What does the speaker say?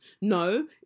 No